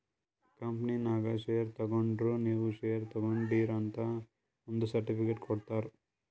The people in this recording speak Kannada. ಕಂಪನಿನಾಗ್ ಶೇರ್ ತಗೊಂಡುರ್ ನೀವೂ ಶೇರ್ ತಗೊಂಡೀರ್ ಅಂತ್ ಒಂದ್ ಸರ್ಟಿಫಿಕೇಟ್ ಕೊಡ್ತಾರ್